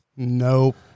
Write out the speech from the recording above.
Nope